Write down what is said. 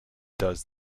does